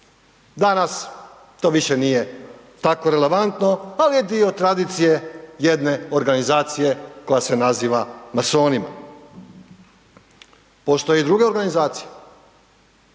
Danas to više nije tako relevantno, ali je dio tradicije jedne organizacije koja se naziva masonima. Postoji i druge organizacije.